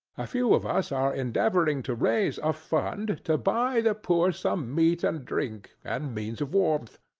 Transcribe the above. a few of us are endeavouring to raise a fund to buy the poor some meat and drink, and means of warmth.